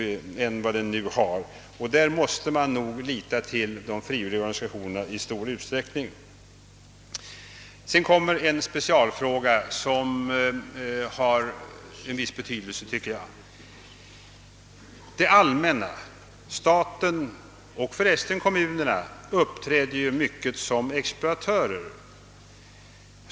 Därvid måste man nog i stor utsträckning lita till de frivilliga organisationerna. Så en specialfråga, som enligt min mening har viss betydelse! Det allmänna — staten och förresten även kommunerna — uppträder ofta som exploatörer.